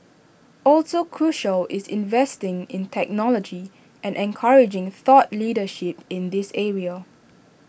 also crucial is investing in technology and encouraging thought leadership in this area